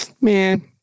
man